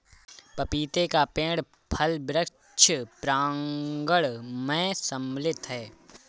पपीते का पेड़ फल वृक्ष प्रांगण मैं सम्मिलित है